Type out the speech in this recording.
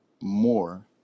more